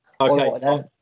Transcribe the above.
Okay